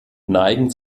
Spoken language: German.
neigen